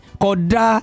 koda